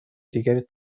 دیگری